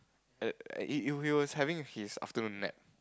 uh he he was having his afternoon nap